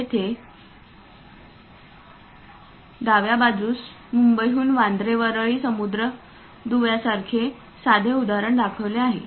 येथे डाव्या बाजूस मुंबईहून वांद्रे वरळी समुद्री दिव्यासारखे साधे उदाहरण दाखवले आहे